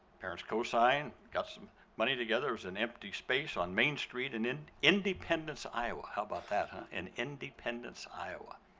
parents cosigned, got some money together, there was an empty space on main street in in independence, iowa. how about that, huh? in independence, iowa.